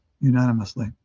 unanimously